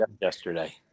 yesterday